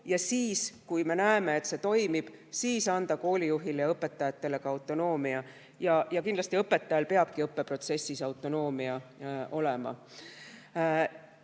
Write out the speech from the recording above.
ja siis, kui me näeme, et see toimib, tuleb anda koolijuhile ja õpetajatele ka autonoomia. Ja kindlasti õpetajal peabki õppeprotsessis autonoomia olema.